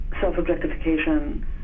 self-objectification